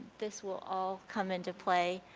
this will all come into play